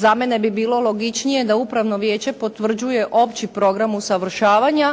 za mene bi bilo logičnije da upravno vijeće potvrđuje opći program usavršavanja